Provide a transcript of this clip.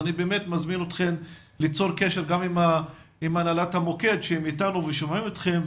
אני מזמין אתכן ליצור קשר גם עם הנהלת המוקד שהם כאן ושומעים אתכן,